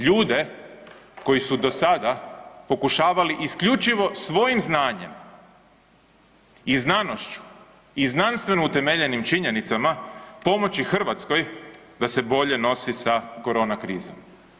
Ljude koji su do sada pokušavali isključivo svojim znanjem i znanošću i znanstveno utemeljenim činjenicama pomoći Hrvatskoj da se bolje nosi sa korona krizom.